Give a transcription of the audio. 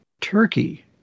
turkey